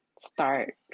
start